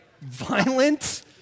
violent